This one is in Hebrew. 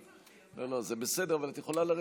חיילי צה"ל ללא כל תגובה מן החיילים מלבד